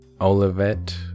Olivet